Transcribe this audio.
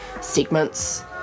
segment's